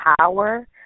power